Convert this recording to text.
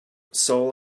seoul